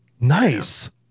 nice